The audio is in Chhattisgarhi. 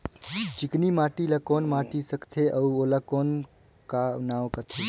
चिकनी माटी ला कौन माटी सकथे अउ ओला कौन का नाव काथे?